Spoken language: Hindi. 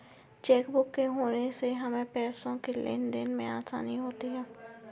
चेकबुक के होने से हमें पैसों की लेनदेन में आसानी होती हैँ